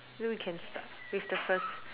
so we can start with the first